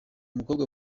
mukobwa